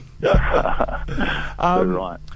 Right